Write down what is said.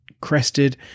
crested